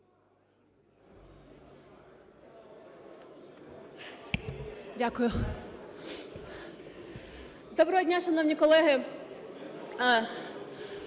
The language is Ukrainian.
Дякую. Доброго дня, шановні колеги,